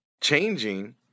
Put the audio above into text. changing